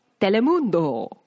Telemundo